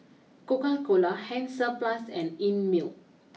Coca Cola Hansaplast and Einmilk